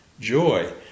Joy